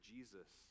Jesus